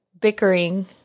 bickering